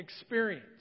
experience